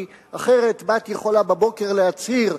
כי אחרת בת יכולה בבוקר להצהיר,